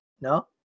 no